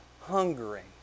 hungering